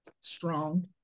strong